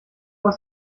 was